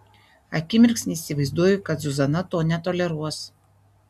akimirksnį įsivaizduoju kad zuzana to netoleruos